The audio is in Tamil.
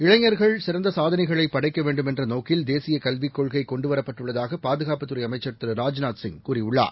இளைஞர்கள் சிறந்த சாதனைகளை பளடக்க வேண்டுமென்ற நோக்கில் தேசிய கல்விக் கொள்கை கொண்டுவரப்பட்டுள்ளதாக பாதுகாப்புத்துறை அமைச்சர் திரு ராஜ்நாத்சிப் கூறியுள்ளார்